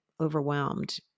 overwhelmed